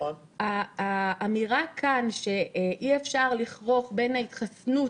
האמירה כאן שאי-אפשר לכרוך בין ההתחסנות